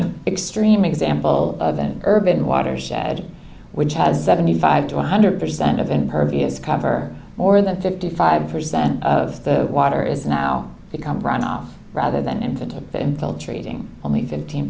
an extreme example of an urban watershed which has seventy five to one hundred percent of impervious cover more than fifty five percent of the water is now become brown off rather than into infiltrating only fifteen